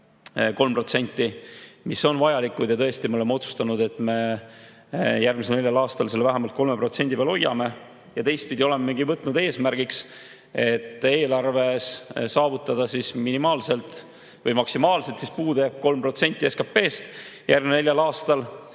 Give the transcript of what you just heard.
3%, mis on vajalikud. Ja tõesti, me oleme otsustanud, et me järgmisel neljal aastal selle vähemalt 3% peal hoiame. Teistpidi olemegi võtnud eesmärgi, et eelarves saavutada maksimaalselt puudujääk 3% SKP‑st järgmisel neljal aastal.